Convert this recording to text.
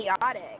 chaotic